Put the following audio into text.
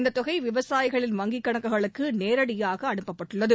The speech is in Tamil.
இந்தத் தொகை விவசாயிகளின் வங்கிக் கணக்குகளுக்கு நேரடியாக அனுப்பப்பட்டுள்ளது